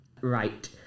Right